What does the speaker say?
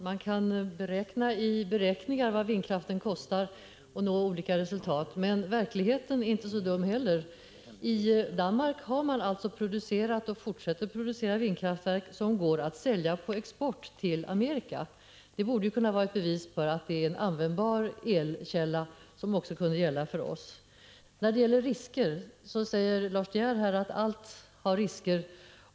Herr talman! Man kan i beräkningar uppskatta vad vindkraften kostar och uppnå olika resultat, men verkligheten är inte så dum den heller. I Danmark har man alltså producerat och fortsätter att producera vindkraftverk som går att sälja på export till Amerika. Det borde kunna vara ett bevis för att det är en användbar elkälla, som kan utnyttjas också av oss. Lars De Geer säger här att allt har risker.